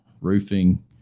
roofing